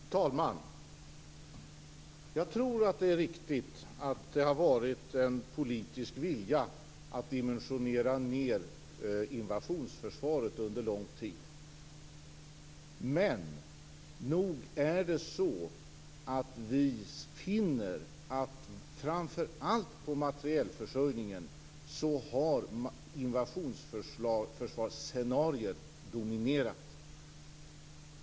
Fru talman! Jag tror att det är riktigt att det har varit en politisk vilja att dimensionera ned invasionsförsvaret under lång tid. Men nog finner vi att för framför allt materielförsörjningen har invasionsförsvarscenariot dominerat.